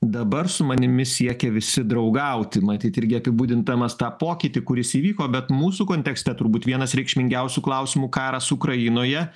dabar su manimi siekia visi draugauti matyt irgi apibūdindamas tą pokytį kuris įvyko bet mūsų kontekste turbūt vienas reikšmingiausių klausimų karas ukrainoje